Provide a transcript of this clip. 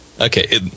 Okay